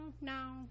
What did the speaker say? no